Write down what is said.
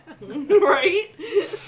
Right